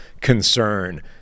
concern